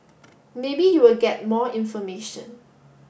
maybe you will get more information